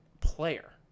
player